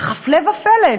אך הפלא ופלא,